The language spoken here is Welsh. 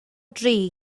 dri